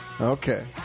Okay